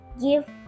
give